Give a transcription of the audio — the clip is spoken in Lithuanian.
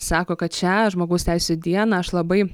sako kad šią žmogaus teisių dieną aš labai